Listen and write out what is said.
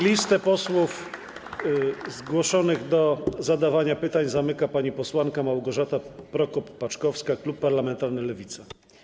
Listę posłów zgłoszonych do zadawania pytań zamyka pani posłanka Małgorzata Prokop-Paczkowska, klub parlamentarny Lewica.